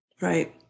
Right